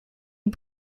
you